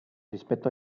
rispetto